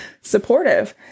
supportive